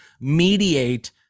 mediate